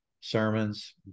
sermons